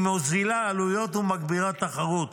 היא מוזילה עלויות ומגבירה תחרות.